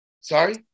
Sorry